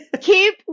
keep